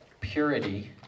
purity